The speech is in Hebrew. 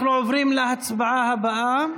אנחנו עוברים להצעה הבאה,